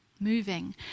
moving